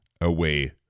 away